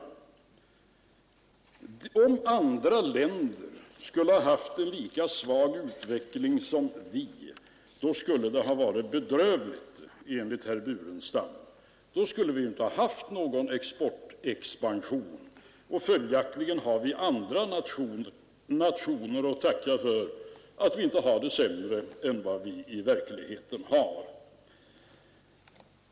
Om andra länder skulle ha haft en lika svag utveckling som vi, då skulle det ha varit bedrövligt enligt herr Burenstam Linder. Då skulle vi inte ha haft någon exportexpansion, och följaktligen har vi andra nationer att tacka för att vi inte har det sämre än vad vi i verkligheten har.